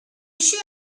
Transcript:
sure